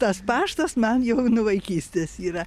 tas paštas man jau nuo vaikystės yra